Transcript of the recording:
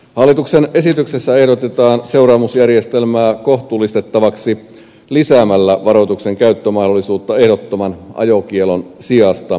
hallituksen esityksessä ehdotetaan seuraamusjärjestelmää kohtuullistettavaksi lisäämällä varoituksen käyttömahdollisuutta ehdottoman ajokiellon sijasta